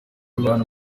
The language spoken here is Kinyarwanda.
abantu